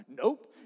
nope